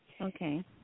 Okay